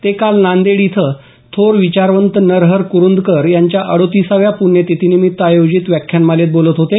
ते काल नांदेड इथं थोर विचारवंत नरहर कुरुंदकर यांच्या अडोतीसाव्या पुण्यतिथीनिमित्त आयोजित व्याख्यानमालेत बोलत होते